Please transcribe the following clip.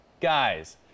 Guys